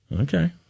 okay